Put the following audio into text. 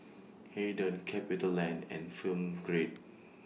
Aden CapitaLand and Film Grade